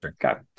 Got